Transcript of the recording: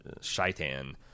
shaitan